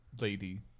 lady